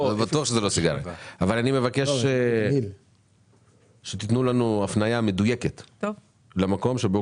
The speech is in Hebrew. אני מבקש שתתנו לנו הפניה מדויקת למקום שבו